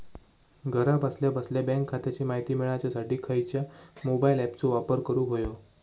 घरा बसल्या बसल्या बँक खात्याची माहिती मिळाच्यासाठी खायच्या मोबाईल ॲपाचो वापर करूक होयो?